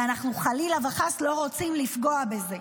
ואנחנו חלילה וחס לא רוצים לפגוע בזה.